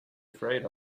afraid